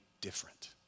different